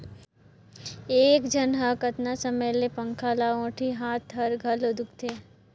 एक झन ह कतना समय ले पंखा ल ओटही, हात हर घलो दुखते